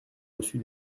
reçu